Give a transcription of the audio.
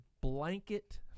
blanket